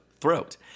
throat